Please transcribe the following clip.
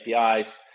APIs